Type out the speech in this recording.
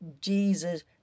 Jesus